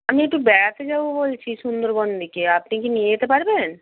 আমি একটু বেড়াতে যাব বলছি সুন্দরবন দিকে আপনি কি নিয়ে যেতে পারবেন